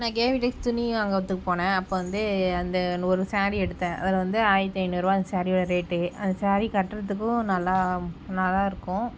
நான் துணி வாங்குறத்துக்கு போனேன் அப்போ வந்து அந்த ஒரு சாரீ எடுத்தேன் அதில் வந்து ஆயிரத்தி ஐநூறுரூவா அந்த சாரீயோட ரேட்டே அந்த சாரீ கட்டுறத்துக்கும் நல்லா நல்லா இருக்கும்